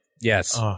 Yes